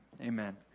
amen